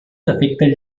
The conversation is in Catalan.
defecte